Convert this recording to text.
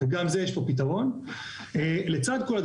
גם לזה יש פתרון.